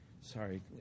Sorry